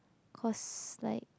cause like